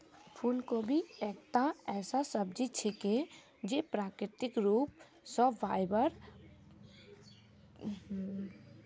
फूलगोभी एकता ऐसा सब्जी छिके जे प्राकृतिक रूप स फाइबर और बी विटामिन स भरपूर ह छेक